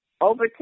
over